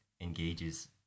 engages